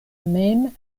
mem